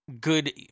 good